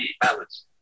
balance